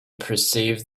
perceived